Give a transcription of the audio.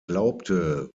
glaubte